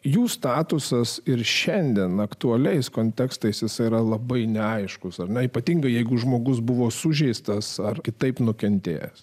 jų statusas ir šiandien aktualiais kontekstais esą yra labai neaiškus ar ne ypatingai jeigu žmogus buvo sužeistas ar kitaip nukentėjęs